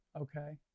Okay